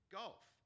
golf